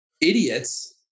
idiots